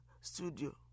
studio